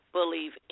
believe